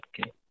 okay